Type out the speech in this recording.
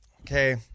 okay